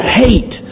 hate